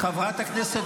חברת הכנסת